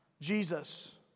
Jesus